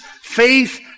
faith